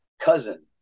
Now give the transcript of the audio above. cousin